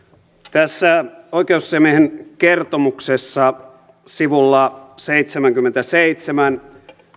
tässä oikeusasiamiehen kertomuksessa sivulla seitsemänkymmentäseitsemän